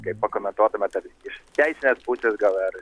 kaip pakomentuotumėt ar iš teisinės pusės gal ar